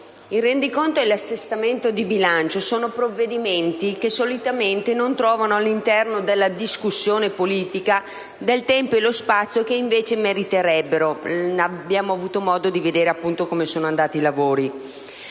il rendiconto generale e l'assestamento di bilancio sono provvedimenti che solitamente non trovano all'interno della discussione politica il tempo e lo spazio che invece meriterebbero (abbiamo avuto modo di verificare l'andamento dei lavori).